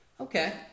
Okay